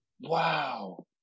Wow